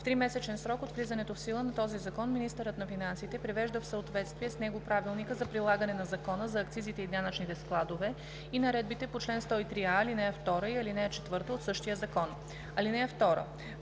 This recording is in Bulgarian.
В тримесечен срок от влизането в сила на този закон министърът на финансите привежда в съответствие с него правилника за прилагане на Закона за акцизите и данъчните складове и наредбите по чл. 103а, ал. 2 и ал. 4 от същия закон. (2)